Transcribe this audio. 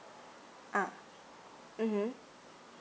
uh mm